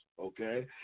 Okay